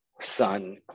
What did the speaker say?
son